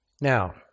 Now